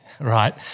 right